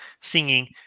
singing